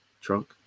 trunk